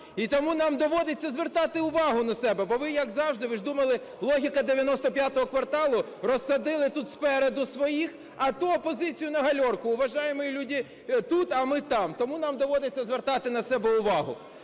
і тому нам доводиться звертати увагу на себе, бо ви, як завжди, ви ж думали, логіка "95 кварталу" – розсадили тут спереду своїх, а ту опозицію на гальорку. Уважаемые люди тут, а мы там. Тому нам доводиться звертати на себе увагу.